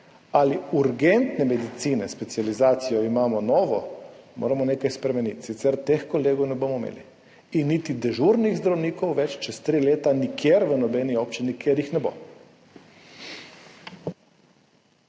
ali urgentne medicine, imamo novo specializacijo, moramo nekaj spremeniti, sicer teh kolegov ne bomo imeli, niti dežurnih zdravnikov čez tri leta nikjer v nobeni občini, ker jih ne bo.